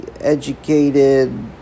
educated